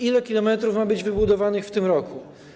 Ile kilometrów ma być wybudowanych w tym roku?